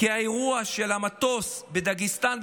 כי האירוע של המטוס בדגסטן,